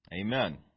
Amen